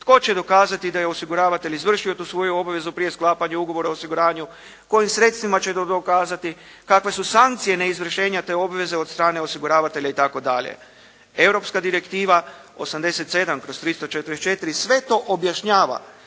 tko će dokazati da je osiguravatelj izvršio tu svoju obavezu prije sklapanja ugovora o osiguranju, kojim sredstvima će on to dokazati, kakve su sankcije neizvršenja te obveze od strane osiguravatelja itd. Europska direktiva 87/344 sve to objašnjava,